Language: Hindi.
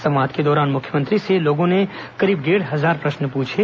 संवाद के दौरान मुख्यमंत्री से लोगों ने करीब डेढ़ हजार प्रश्न पूछे